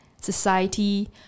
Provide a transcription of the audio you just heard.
society